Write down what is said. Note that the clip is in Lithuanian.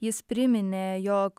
jis priminė jog